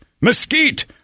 mesquite